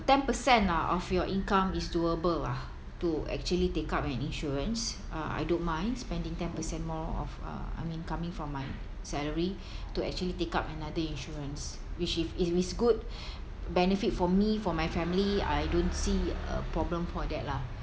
ten percent lah of your income is doable lah to actually take up an insurance uh I don't mind spending ten percent more of uh I mean coming from my salary to actually take up another insurance which if if it's good benefit for me for my family I don't see a problem for that lah